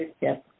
yes